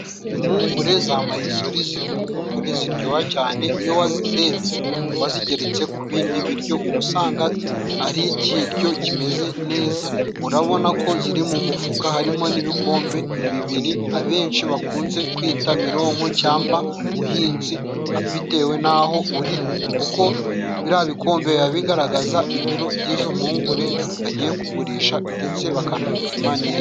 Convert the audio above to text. Impungure za mayizori ziri mu mpungure ziryoha cyane, iyo wazitetse wazigeretse ku bindi biryo ubu usanga ari ikiryo kimeze neza. Urabona ko ziri mu mufuka harimo n'ibikombe bibiri abenshi bakunze kwita mironko cyamba muhinzi, bitewe n'aho uri kuko biriya bikombe biba bigaragaza ibiro by'izo mpungure bagiye kugurisha, ndetse bakanabipima neza.